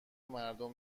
مردم